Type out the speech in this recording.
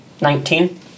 nineteen